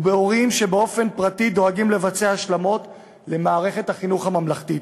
ובהורים שבאופן פרטי דואגים לבצע השלמות למערכת החינוך הממלכתית.